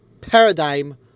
paradigm